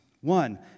One